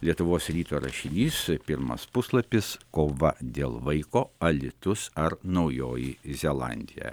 lietuvos ryto rašinys pirmas puslapis kova dėl vaiko alytus ar naujoji zelandija